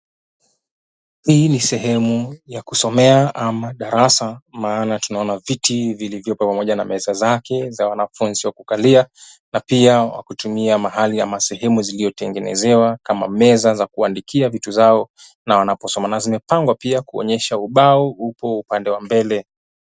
Hii ni sehemu ya kusomea madarasa, maana tunaona viti vilivyo pamoja na meza zake, za wanafunzi za kukalia na pia wa kutumia mahali au sehemu iliyotengenezewa kama meza za kuandikia vitu zao wanaposoma na zimepangwa kuonyesha pia kuwa ubao upon kwenye upande wa mbele.